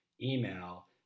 email